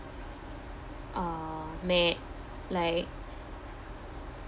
uh mad like